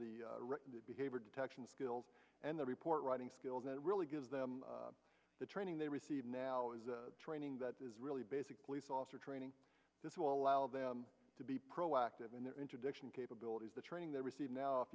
the behavior detection skills and the report writing skills that really gives them the training they receive now is the training that is really basic police officer training this will allow them to be proactive in their interdiction capabilities the training they receive